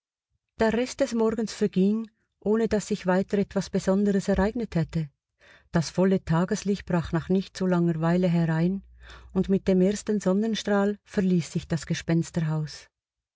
der rest des morgens verging ohne daß sich weiter etwas besonderes ereignet hätte das volle tageslicht brach nach nicht zu langer weile herein und mit dem ersten sonnenstrahl verließ ich das